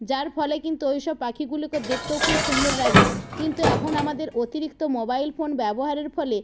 যার ফলে কিন্তু ওই সব পাখিগুলিকে দেখতেও খুব সুন্দর লাগে কিন্তু এখন আমাদের অতিরিক্ত মোবাইল ফোন ব্যবহারের ফলে